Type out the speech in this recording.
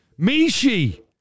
Mishi